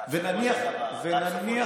נניח